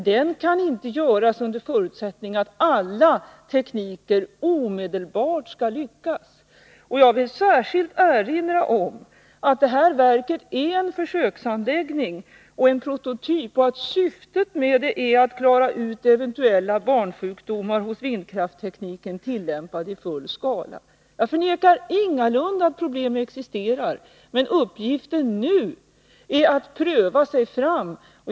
Den kan inte göras under förutsättning att alla tekniker omedelbart skall lyckas. Jag vill särskilt erinra om att detta verk är en försöksanläggning och en prototyp och att syftet med verket är att utforska eventuella barnsjukdomar hos vindkrafttekniken tillämpad i full skala. Jag förnekar ingalunda att problem existerar. Men uppgiften nu är att pröva sig fram.